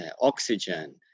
oxygen